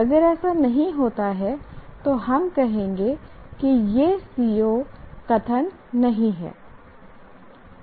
अगर ऐसा नहीं होता है तो हम कहेंगे कि यह CO कथन नहीं है